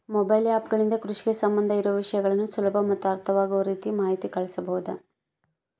Mobile app ಗಳಿಂದ ಕೃಷಿಗೆ ಸಂಬಂಧ ಇರೊ ವಿಷಯಗಳನ್ನು ಸುಲಭ ಮತ್ತು ಅರ್ಥವಾಗುವ ರೇತಿ ಮಾಹಿತಿ ಕಳಿಸಬಹುದಾ?